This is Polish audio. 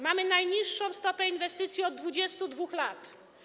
Mamy najniższą stopę inwestycji od 22 lat.